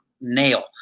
nail